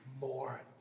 more